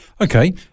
Okay